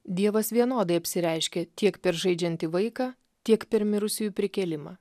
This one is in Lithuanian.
dievas vienodai apsireiškia tiek per žaidžiantį vaiką tiek per mirusiųjų prikėlimą